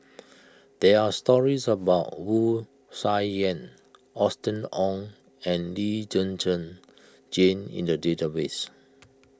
there are stories about Wu Tsai Yen Austen Ong and Lee Zhen Zhen Jane in the database